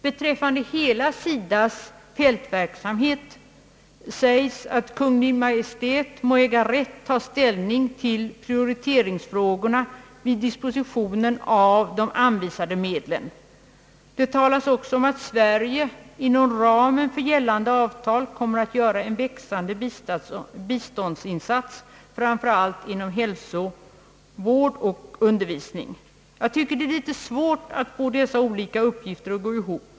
Det förklaras vidare, att Kungl. Maj:t beträffande hela SIDA:s fältverksamhet må äga rätt att ta ställning till prioriteringsfrågorna vid dispositionen av de anvisade medlen. Det anförs också, att Sverige inom ramen för gällande avtal kommer att göra en växande biståndsinsats framför allt inom hälsovård och undervisning. Jag tycker att det är litet svårt att få dessa olika uppgifter att gå ihop.